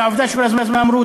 על העובדה שכל הזמן אמרו,